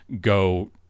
go